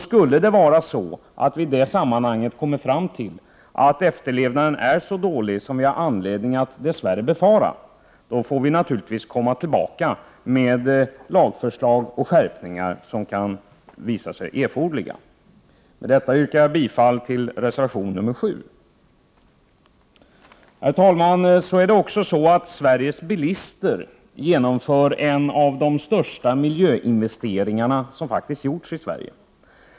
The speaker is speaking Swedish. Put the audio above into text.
Skulle vi i det här sammanhanget komma fram till att efterlevnaden är så dålig som vi har anledning att dess värre befara, får vi naturligtvis återkomma med förslag om lagskärpningar som kan visa sig erforderliga. Med detta yrkar jag bifall till reservation 7. Herr talman! Sveriges bilister genomför en av de största miljöinvesteringar som faktiskt gjorts i Sverige.